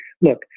look